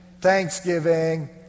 thanksgiving